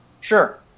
Sure